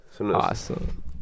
Awesome